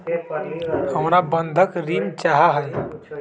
हमरा बंधक ऋण चाहा हई